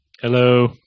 Hello